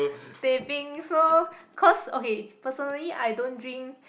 teh peng so cause okay personally I don't drink